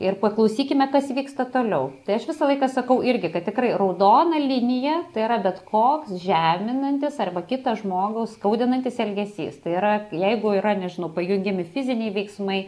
ir paklausykime kas vyksta toliau tai aš visą laiką sakau irgi kad tikrai raudona linija tai yra bet koks žeminantis arba kitą žmogų skaudinantis elgesys tai yra jeigu yra nežinau pajungiami fiziniai veiksmai